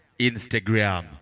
Instagram